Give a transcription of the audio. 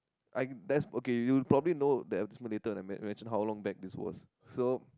I that's okay you probably know the advertisement later when I men~ when I mention how long back this was so